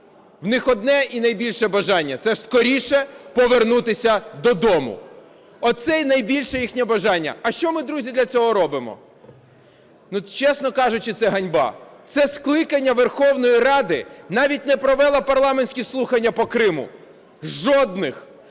У них одне і найбільше бажання – це скоріше повернутися додому, оце найбільше їхнє бажання. А що ми, друзі, для цього робимо? Ну, чесно кажучи, це ганьба. Це скликання Верховної Ради навіть не провело парламентські слухання по Криму жодних.